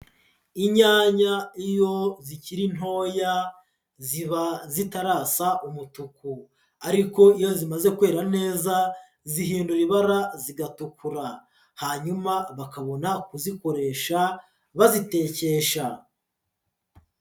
Inyanya iyo zikiri ntoya ziba zitarasa umutuku ariko iyo zimaze kwera neza zihindura ibara zigatukura, hanyuma bakabona kuzikoresha bazitekesha.